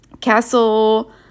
Castle